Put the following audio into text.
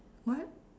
what